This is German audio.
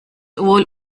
wohl